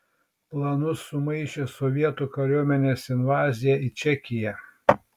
planus sumaišė sovietų kariuomenės invazija į čekiją